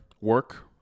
work